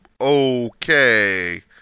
Okay